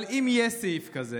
אבל אם יש סעיף כזה